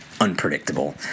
unpredictable